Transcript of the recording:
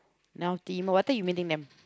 now team but I thought you meeting them